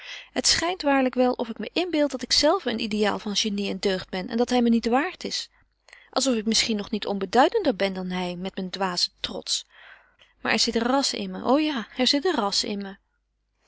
het schijnt waarlijk wel of ik me inbeeld dat ik zelve een ideaal van genie en deugd ben en dat hij me niet waard is alsof ik misschien nog niet onbeduidender ben dan hij met mijn dwazen trots maar er zit ras in me o ja er zit ras in me